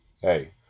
hey